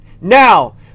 Now